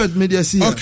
Okay